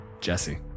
Jesse